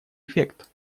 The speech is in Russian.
эффект